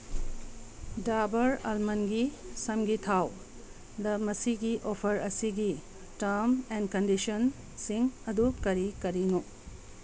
ꯗꯥꯕꯔ ꯑꯜꯃꯟꯒꯤ ꯁꯝꯒꯤ ꯊꯥꯎꯗ ꯃꯁꯤꯒꯤ ꯑꯣꯐꯔ ꯑꯁꯤꯒꯤ ꯇꯥꯝ ꯑꯦꯟ ꯀꯟꯗꯤꯁꯟꯁꯤꯡ ꯑꯗꯨ ꯀꯔꯤ ꯀꯔꯤꯅꯣ